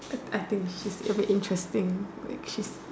I I think she's a bit interesting like she's